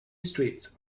streets